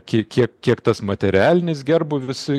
kiek kiek kiek tas materialinis gerbūvis